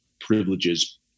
privileges